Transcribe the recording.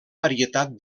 varietat